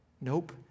Nope